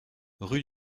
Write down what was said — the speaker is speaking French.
rue